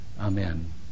Amen